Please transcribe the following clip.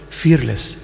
fearless